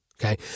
Okay